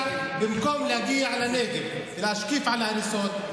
במקום להגיע לנגב ולהשקיף על ההריסות,